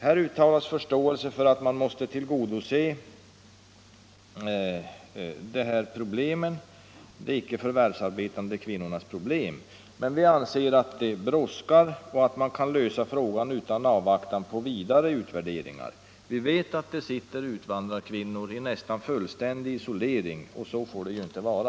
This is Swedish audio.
Här uttalas förståelse för deras problem, men vi anser att det brådskar och att man kan lösa frågan utan att avvakta vidare utvärderingar. Vi vet att det sitter invandrarkvinnor i nästan fullständig isolering, och så får det inte vara.